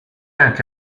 anche